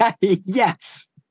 Yes